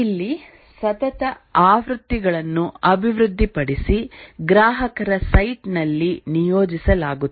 ಇಲ್ಲಿ ಸತತ ಆವೃತ್ತಿಗಳನ್ನು ಅಭಿವೃದ್ಧಿಪಡಿಸಿ ಗ್ರಾಹಕರ ಸೈಟ್ ನಲ್ಲಿ ನಿಯೋಜಿಸಲಾಗುತ್ತದೆ